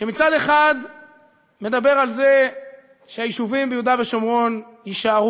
שמצד אחד מדבר על זה שהיישובים ביהודה ושומרון יישארו,